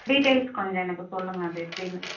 details கொஞ்சம் எனக்கு சொல்லுங்கள் அது எப்படின்னு